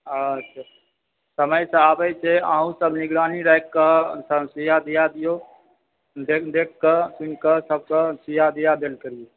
अच्छा समयसँ आबै छै अहुँसभ निगरानी राखिकऽ सुइआ दिआ दिऔ डेट देखिकऽ सुनिकऽ सभकऽ सुइआ दिआ देल करिऔ